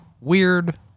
weird